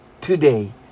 today